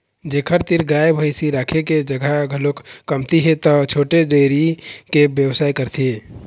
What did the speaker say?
जेखर तीर गाय भइसी राखे के जघा घलोक कमती हे त छोटे डेयरी के बेवसाय करथे